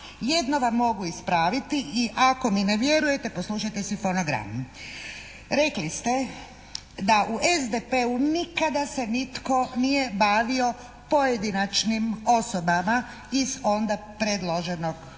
jedno vam mogu ispraviti i ako mi ne vjerujete poslušajte si fonogram. Rekli ste da u SDP-u nikada se nitko nije bavio pojedinačnim osobama iz onda predloženog